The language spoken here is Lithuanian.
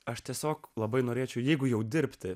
aš tiesiog labai norėčiau jeigu jau dirbti